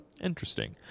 Interesting